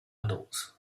adults